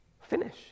finish